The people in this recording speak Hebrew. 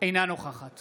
אינה נוכחת